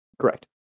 Correct